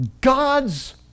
God's